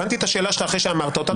הבנתי את השאלה שלך אחרי שאמרת אותה,